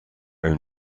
own